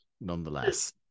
Nonetheless